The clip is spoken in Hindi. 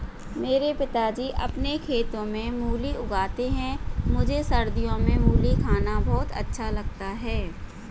मेरे पिताजी अपने खेतों में मूली उगाते हैं मुझे सर्दियों में मूली खाना बहुत अच्छा लगता है